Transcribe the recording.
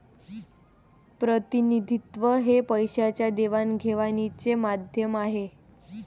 प्रतिनिधित्व हे पैशाच्या देवाणघेवाणीचे माध्यम आहे